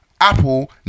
Apple